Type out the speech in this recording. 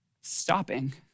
stopping